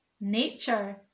nature